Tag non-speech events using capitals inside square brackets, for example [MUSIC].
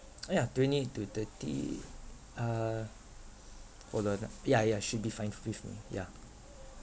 [NOISE] uh ya twenty eight to thirty uh hold on ah ya ya should be fine f~ with me yeah